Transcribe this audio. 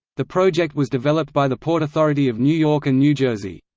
the project was developed by the port authority of new york and new jersey.